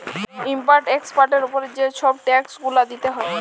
import এক্সপর্টের উপরে যে ছব ট্যাক্স গুলা দিতে হ্যয়